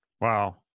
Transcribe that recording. Wow